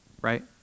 right